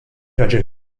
raġel